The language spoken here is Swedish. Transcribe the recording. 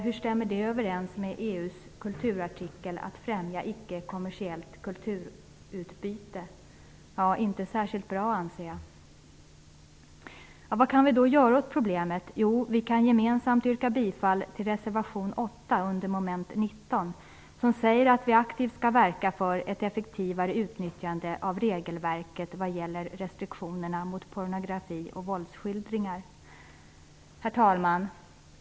Hur stämmer det överens med EU:s kulturartikel om att främja icke kommersiellt kulturutbyte? Inte särskilt bra, anser jag. Vad kan vi då göra åt problemet? Jo, vi kan gemensamt yrka bifall till reservation 8 under mom. 19. Där sägs att vi aktivt skall verka för ett effektivare utnyttjande av regelverket vad gäller restriktionerna mot pornografi och våldsskildringar. Herr talman!